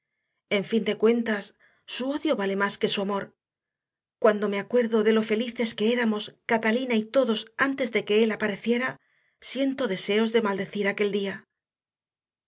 en fin de cuentas su odio vale más que su amor cuando me acuerdo de lo felices que éramos catalina y todos antes de que él apareciera siento deseos de maldecir aquel día